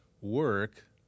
work